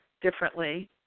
differently